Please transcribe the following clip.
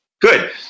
Good